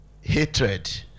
hatred